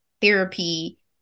therapy